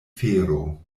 fero